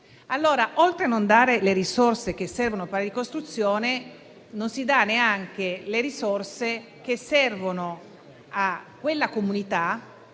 Oltre a non dare le risorse che servono per la ricostruzione, non si danno neanche le risorse che servono a quella comunità